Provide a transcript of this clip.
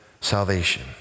salvation